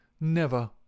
-"Never